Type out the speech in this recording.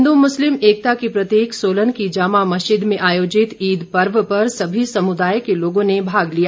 हिंदू मुस्लिम एकता की प्रतीक सोलन की जामा मस्जिद में आयोजित ईद पर्व पर सभी समुदाय के लोगों ने भाग लिया